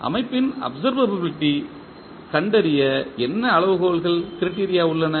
அமைப்பின் அப்சர்வபிலிட்டி யைக் கண்டறிய என்ன அளவுகோல்கள் உள்ளன